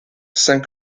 saint